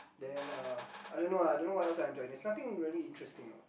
then uh I don't know ah don't know what else I enjoy there's nothing really interesting